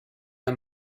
der